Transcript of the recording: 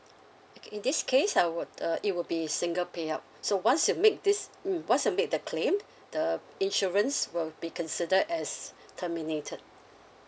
okay in this case I would uh it would be single payout so once you make this mm once you make the claim the insurance will be considered as terminated